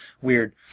weird